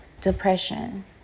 depression